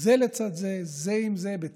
זה לצד זה, זה עם זה, בצוותא,